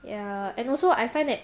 ya and also I find that